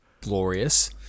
glorious